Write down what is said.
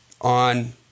on